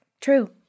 True